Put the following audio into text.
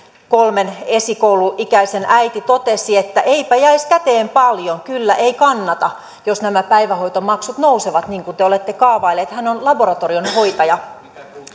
kolmen esikouluikäisen äiti totesi että eipä jäisi käteen paljon kyllä ei kannata jos nämä päivähoitomaksut nousevat niin kuin te olette kaavailleet hän on laboratoriohoitaja